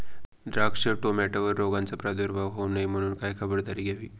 द्राक्ष, टोमॅटोवर रोगाचा प्रादुर्भाव होऊ नये म्हणून काय खबरदारी घ्यावी?